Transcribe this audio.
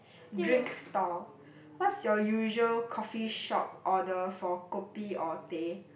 drink stall what's your usual coffee-shop order for kopi or teh